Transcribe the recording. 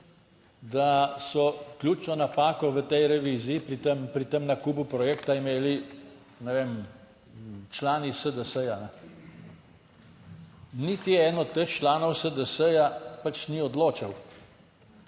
da so ključno napako v tej reviziji pri tem, pri tem nakupu projekta imeli, ne vem, člani SDS. Niti eden od teh članov SDS pač ni odločal.